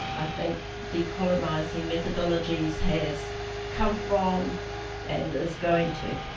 i think, decolonizing methodologies has come from and is going to.